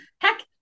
heck